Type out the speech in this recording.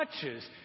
touches